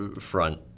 front